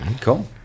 Cool